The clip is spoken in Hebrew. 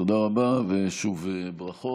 תודה רבה, ושוב, ברכות.